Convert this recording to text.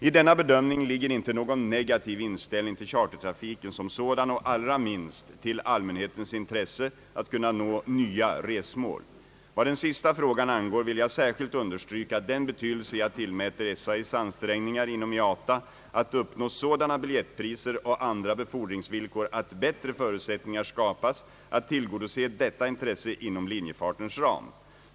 I denna bedömning ligger inte någon negativ inställning till chartertrafiken som sådan och allra minst till allmänhetens intresse att kunna nå nya res mål. Vad den sista frågan angår vill jag särskilt understryka den betydelse jag tillmäter SAS:s ansträngningar inom IATA att uppnå sådana biljettpriser och andra befordringsvillkor att bättre förutsättningar skapas att tillgodose detta intresse inom linjefartens ram.